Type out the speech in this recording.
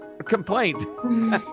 complaint